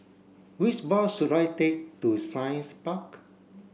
which bus should I take to Science Park